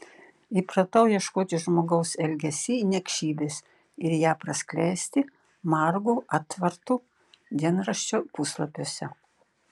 įpratau ieškoti žmogaus elgesy niekšybės ir ją praskleisti margu atvartu dienraščio puslapiuose